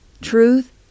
Truth